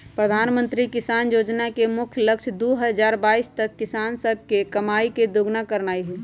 प्रधानमंत्री किसान जोजना के मुख्य लक्ष्य दू हजार बाइस तक किसान सभके कमाइ के दुगुन्ना करनाइ हइ